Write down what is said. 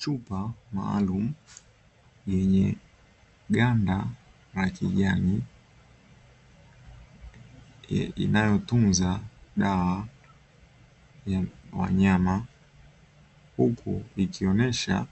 Chupa maalumu yenye ganda la kijani inayo tunza dawa ya wanyama huku ikionyesha